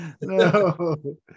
no